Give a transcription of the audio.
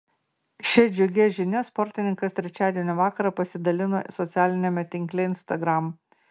šia džiugia žinia sportininkas trečiadienio vakarą pasidalino socialiniame tinkle instagram